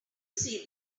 see